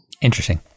Interesting